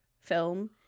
film